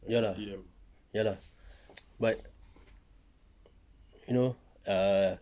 ya lah ya lah but you know err